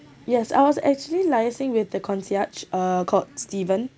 yes I was actually liaising with the concierge uh called steven